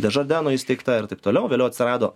dežadeno įsteigta ir taip toliau vėliau atsirado